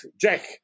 Jack